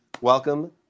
Welcome